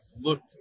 looked